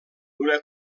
d’una